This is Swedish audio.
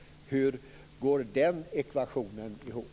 Hur går den ekvationen ihop?